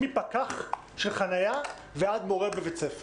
החל בפקח חנייה ועד מורה בבית ספר.